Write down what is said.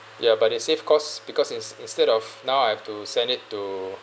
ya but it save costs because is instead of now I have to send it to